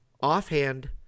offhand